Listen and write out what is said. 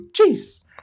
Jeez